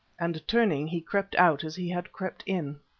and turning he crept out as he had crept in.